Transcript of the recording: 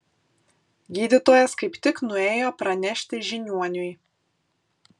gydytojas kaip tik nuėjo pranešti žiniuoniui